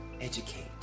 educate